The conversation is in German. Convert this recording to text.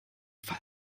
fall